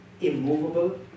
immovable